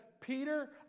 Peter